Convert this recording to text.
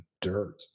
dirt